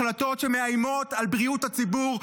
החלטות שמאיימות על בריאות הציבור,